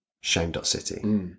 Shame.city